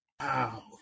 Wow